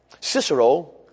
Cicero